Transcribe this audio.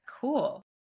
cool